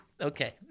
okay